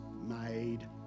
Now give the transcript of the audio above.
made